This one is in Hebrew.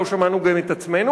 לא שמענו גם את עצמנו,